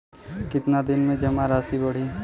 कितना दिन में जमा राशि बढ़ी?